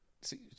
See